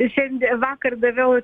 išiande vakar daviau